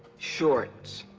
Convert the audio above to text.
shorts.